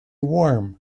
warm